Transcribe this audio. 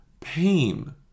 Pain